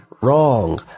wrong